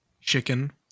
chicken